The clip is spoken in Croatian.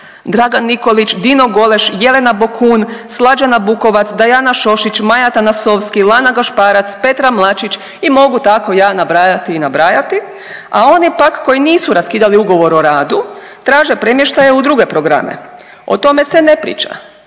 Dragan Nikolić, Dino Goleš, Jelena Bokun, Slađana Bukovac, Dajana Šošić, Maja Tanasovski, Lana Gašparac, Petra Mlačić i mogu tako ja nabrajati i nabrajati, a oni pak koji nisu raskidali ugovor o radu traže premještaje u druge programe, o tome se ne priča,